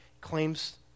claims